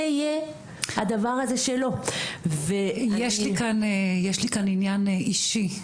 יהיה הדבר הזה שלו ואני יש לי כאן עניין אישי,